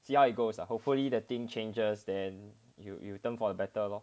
see how it goes lah hopefully the thing changes then it it will turn for the better lor